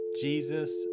Jesus